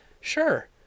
Sure